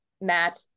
Matt